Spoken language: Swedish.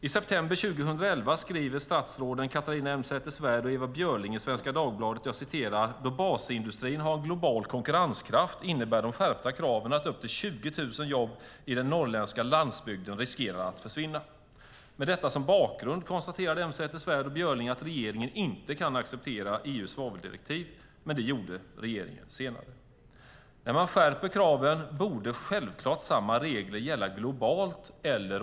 I september 2011 skriver statsråden Catharina Elmsäter-Svärd och Ewa Björling i Svenska Dagbladet: Då basindustrin har global konkurrenskraft innebär de skärpta kraven att upp till 20 000 jobb i den norrländska landsbygden riskerar att försvinna. Med detta som bakgrund konstaterade Elmsäter-Svärd och Björling att regeringen inte kunde acceptera EU:s svaveldirektiv, men det gjorde regeringen senare. När man skärper kraven borde självklart samma regler gälla globalt.